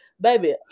Baby